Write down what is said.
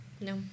No